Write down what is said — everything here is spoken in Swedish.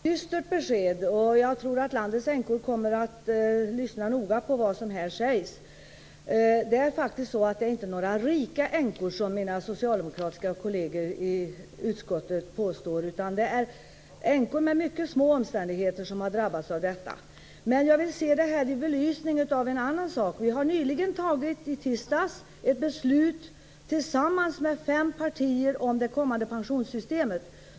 Herr talman! Det var ett dystert besked. Jag tror att landets änkor kommer att lyssna noga på vad som här sägs. Det är faktiskt inte några rika änkor, som mina socialdemokratiska kolleger i utskottet påstår, utan det är änkor i mycket små omständigheter som har drabbats av detta. Jag vill se det här i belysning av ett annat förhållande. Vi har från fem politiska partier i tisdags tagit ett beslut om det kommande pensionssystemet.